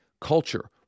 culture